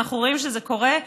ואנחנו רואים שזה קורה,